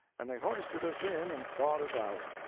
and they hoisted us in and thawed us out.